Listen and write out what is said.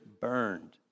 burned